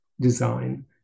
design